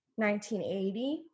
1980